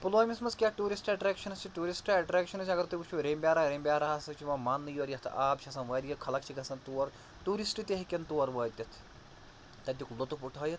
پُلوٲمِس منٛز کیٛاہ ٹیٛورِسٹ اٹریکشَنٕز چھِ ٹیٛورِسٹ اٹریکشَنٕز چھِ اَگر تُہۍ وُچھو ریٚمبۍ آرا ریٚمبۍ آرا ہسا چھُ یِوان ماننہٕ یور یَتھ آب چھُ آسان واریاہ خَلق چھِ گژھان تور ٹیٛورِسٹ تہِ ہیٚکیٚن تور وٲتِتھ تتیٛک لطف اُٹھٲیِتھ